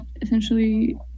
essentially